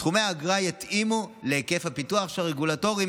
סכומי האגרה יתאימו להיקף הפיקוח שהרגולטורים